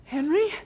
Henry